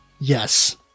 yes